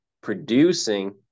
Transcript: producing